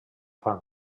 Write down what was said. fang